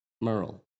Merle